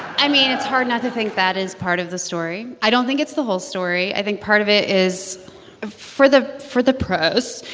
i mean, it's hard not to think that is part of the story. i don't think it's the whole story. i think part of it is for the for the press,